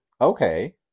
okay